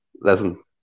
listen